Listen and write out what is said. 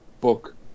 book